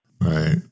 Right